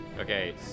Okay